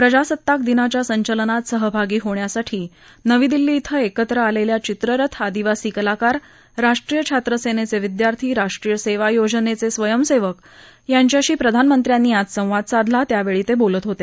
प्रजासत्ताक दिनाच्या संचलनात सहभागी होण्यासाठी नवी दिल्ली क्रिं एकत्र आलेल्या चित्ररथ आदिवासी कलाकार राष्ट्रीय छात्रसेनेचे विद्यार्थी राष्ट्रीय सेवा योजनेचे स्वयंसेवक यांच्याशी प्रधानमंत्र्यांनी आज संवाद साधला त्यावेळी ते बोलत होते